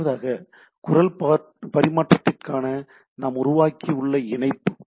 இரண்டாவதாக குரல் பரிமாற்றத்திற்காக நாம் உருவாக்கியுள்ள இணைப்பு